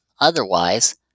Otherwise